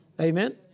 Amen